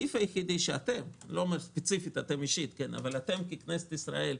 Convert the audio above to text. זה הסעיף היחיד שאתם ככנסת ישראל,